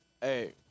Hey